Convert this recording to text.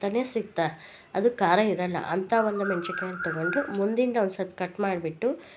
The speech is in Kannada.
ಅದು ಖಾರ ಇರಲ್ಲ ಅಂತ ಮೆಣ್ಶಿನ್ಕಾಯನ್ನ ತಗೊಂಡು ಮುಂದಿಂದ ಒಂದು ಸ್ವಲ್ಪ ಕಟ್ ಮಾಡ್ಬಿಟ್ಟು